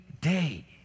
day